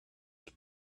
have